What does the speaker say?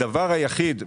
הדבר היחיד,